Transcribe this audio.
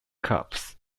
cups